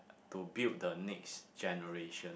to build the next generation